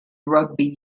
rugby